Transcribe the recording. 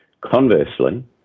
Conversely